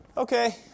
Okay